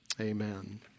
Amen